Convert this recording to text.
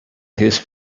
his